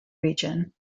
region